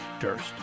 Durst